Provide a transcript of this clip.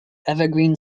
evergreen